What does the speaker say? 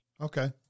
Okay